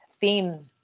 theme